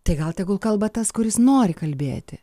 tai gal tegul kalba tas kuris nori kalbėti